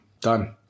Done